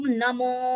Namo